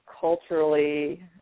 culturally